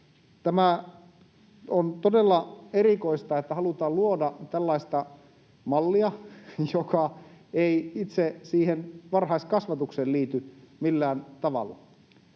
Tämä on todella erikoista, että halutaan luoda tällaista mallia, joka ei itse siihen varhaiskasvatukseen liity millään tavalla.